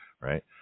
right